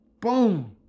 Boom